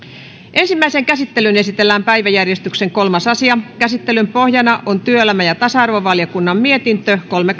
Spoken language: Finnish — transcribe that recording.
ensimmäiseen käsittelyyn esitellään päiväjärjestyksen kolmas asia käsittelyn pohjana on työelämä ja tasa arvovaliokunnan mietintö kolme